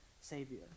savior